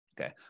Okay